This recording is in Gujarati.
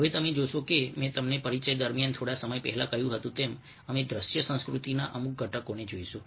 હવે તમે જોશો કે મેં તમને પરિચય દરમિયાન થોડા સમય પહેલા કહ્યું હતું તેમ અમે દ્રશ્ય સંસ્કૃતિના અમુક ઘટકોને જોઈશું